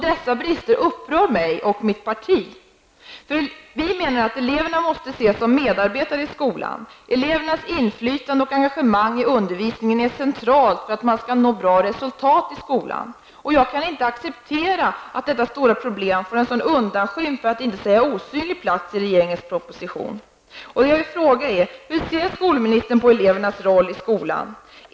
Dessa brister upprör mig och mitt parti, för vi menar att eleverna måste ses som medarbetare i skolan. Elevernas inflytande och engagemang i undervisningen är av central betydelse för att man skall nå bra resultat i skolan. Jag kan inte acceptera att detta stora problem får en så undanskymd för att inte säga osynlig plats i regeringens proposition. Jag vill fråga: Hur ser skolministern på elevernas roll i skolan?